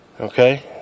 Okay